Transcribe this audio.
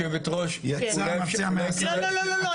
היושבת-ראש, אולי כדאי --- לא, לא.